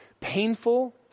painful